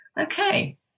okay